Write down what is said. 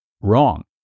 Wrong